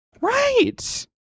Right